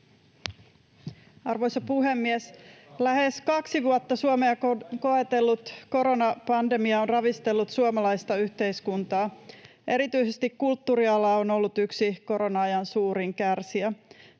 Arvoisa puhemies! Lähes kaksi vuotta Suomea koetellut koronapandemia on ravistellut suomalaista yhteiskuntaa. Erityisesti kulttuuriala on ollut yksi korona-ajan suurin kärsijä.